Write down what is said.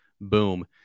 boom